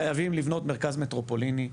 חייבים לבנות מרכז מטרופוליני.